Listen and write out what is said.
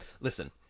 listen